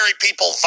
people